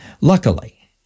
Luckily